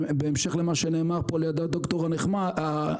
ובהמשך למה שנאמר על ידי הד"ר המכובד,